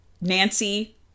Nancy